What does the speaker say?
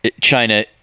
china